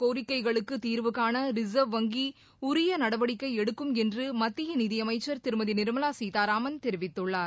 கோரிக்கைகளுக்கு தீர்வுகாண ரிசர்வ் வங்கி உரிய நடவடிக்கை எடுக்கும் என்று மத்திய நிதியமைச்சர் திருமதி நிர்மலா சீதாராமன் தெரிவித்துள்ளார்